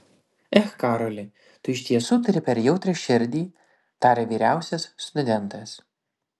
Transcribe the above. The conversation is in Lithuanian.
ech karoli tu iš tiesų turi per jautrią širdį tarė vyriausias studentas